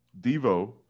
Devo